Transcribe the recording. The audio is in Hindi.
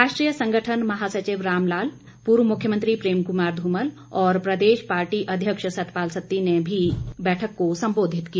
राष्ट्रीय संगठन महासचिव रामलाल पूर्व मुख्यमंत्री प्रेम कुमार धूमल और प्रदेश पार्टी अध्यक्ष सतपाल सत्ती ने संबोधित किया